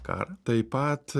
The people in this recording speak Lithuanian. karą taip pat